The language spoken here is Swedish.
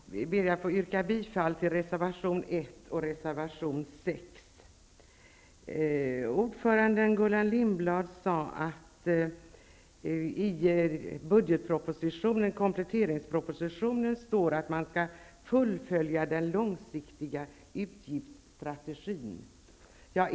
Fru talman! Inledningsvis vill jag yrka bifall till reservation 1 och reservation 6. Ordföranden Gullan Lindblad sade att regeringen säger i kompletteringspropositionen att den långsiktiga utgiftsstrategin skall fullföljas.